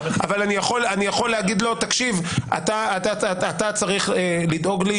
אבל אני יכול להגיד לו: תקשיב, אתה צריך לדאוג לי